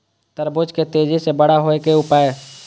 तरबूज के तेजी से बड़ा होय के उपाय?